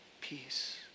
Peace